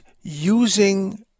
using